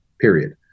period